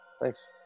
Thanks